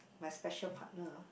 my special partner